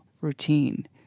Routine